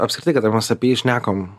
apskritai kada mes apie jį šnekam